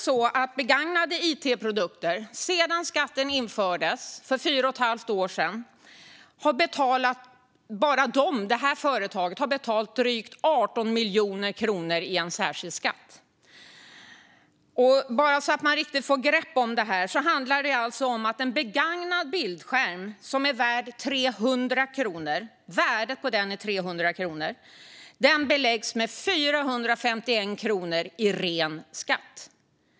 Sedan skatten infördes för fyra och ett halvt år sedan har Inrego betalat drygt 18 miljoner kronor i en särskild skatt. Bara för att få ett riktigt grepp om detta handlar det om att en begagnad bildskärm, värd 300 kronor, beläggs med 451 kronor i ren skatt.